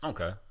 Okay